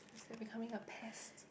so becoming a pest